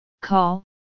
call